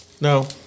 No